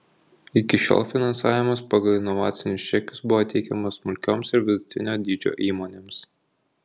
iki šiol finansavimas pagal inovacinius čekius buvo teikiamas smulkioms ir vidutinio dydžio įmonėms